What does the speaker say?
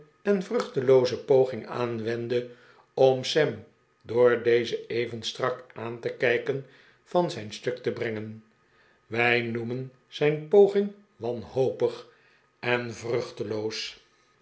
en vruchtelooze poging aanwendde om sam door dezen even strak aan te kijkcn van zijn stuk te brengen wij noemen zijn poging wanhopig en